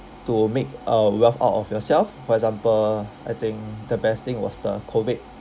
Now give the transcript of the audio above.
to make uh wealth out of yourself for example I think the best thing was the COVID